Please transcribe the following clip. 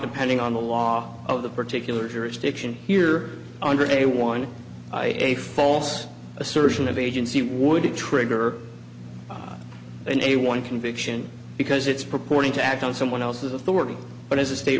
depending on the law of the particular jurisdiction here under day one a false assertion of agency would trigger an a one conviction because it's purporting to act on someone else's authority but as the state